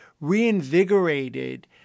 reinvigorated